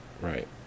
right